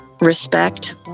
Respect